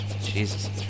Jesus